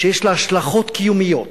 שיש לה השלכות קיומיות,